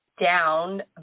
Down